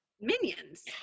minions